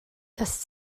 das